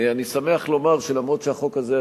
אני שמח לומר שלמרות שהחוק הזה,